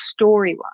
storyline